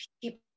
people